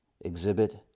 Exhibit